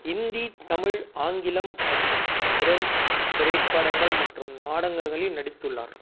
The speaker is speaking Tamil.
ஹிந்தி தமிழ் ஆங்கிலம் மற்றும் ஃப்ரெஞ்ச் திரைப்படங்கள் மற்றும் நாடகங்களில் நடித்துள்ளார்